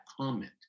comment